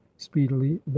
Speedily